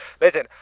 Listen